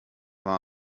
war